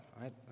right